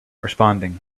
responding